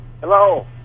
Hello